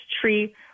tree